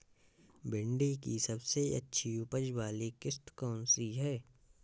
भिंडी की सबसे अच्छी उपज वाली किश्त कौन सी है?